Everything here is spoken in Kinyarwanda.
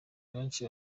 abenshi